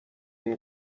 این